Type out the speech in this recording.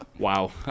Wow